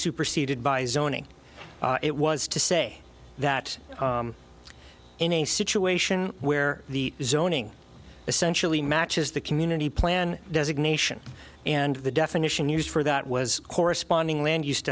superseded by zoning it was to say that in a situation where the zoning essentially matches the community plan designation and the definition used for that was corresponding land use